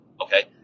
Okay